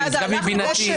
זה נשגב מבינתי.